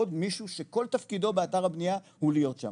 עוד מישהו שכל תפקידו באתר הבנייה הוא להיות שם,